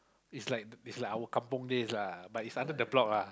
is like our is like our kampung days lah but it's under the block ah